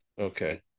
Okay